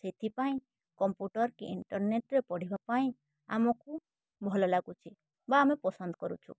ସେଥିପାଇଁ କମ୍ପୁଟର୍ କି ଇଣ୍ଟରନେଟ୍ରେ ପଢ଼ିବା ପାଇଁ ଆମକୁ ଭଲ ଲାଗୁଛି ବା ଆମେ ପସନ୍ଦ କରୁଛୁ